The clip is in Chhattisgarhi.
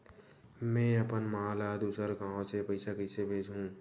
में अपन मा ला दुसर गांव से पईसा कइसे भेजहु?